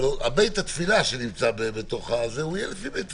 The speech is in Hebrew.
אבל בית התפילה שנמצא בתוך יהיה לפי בית תפילה.